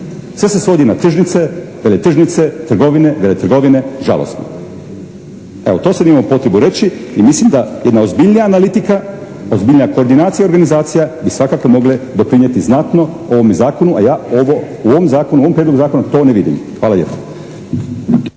Sve se svodi na tržnice, veletržnice, trgovine, veletrgovine, žalosno. Evo, to sam imao potrebu reći. I mislim da jedna ozbiljnija analitika, ozbiljnija koordinacija i organizacija bi svakako mogle doprinjeti znatno ovome zakonu a u ovom zakonu, u ovom prijedlogu zakona to ne vidim. Hvala lijepo.